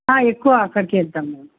ఎక్కువ అక్కడకి వెళ్తాం మేము